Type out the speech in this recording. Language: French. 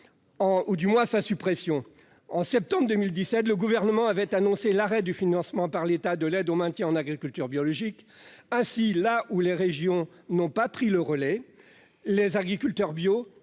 beaucoup fait parler. En septembre 2017, le Gouvernement avait annoncé l'arrêt du financement par l'État de l'aide au maintien en agriculture biologique. Ainsi, là où les régions n'ont pas pris le relais, les agriculteurs bio